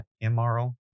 immoral